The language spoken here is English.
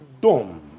dome